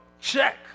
check